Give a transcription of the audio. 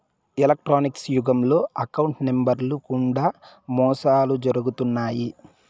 electronics యుగంలో account నెంబర్లు గుండా మోసాలు జరుగుతున్నాయి